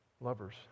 Lovers